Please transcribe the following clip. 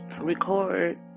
record